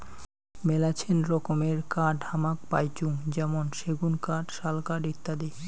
মেলাছেন রকমের কাঠ হামাক পাইচুঙ যেমন সেগুন কাঠ, শাল কাঠ ইত্যাদি